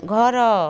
ଘର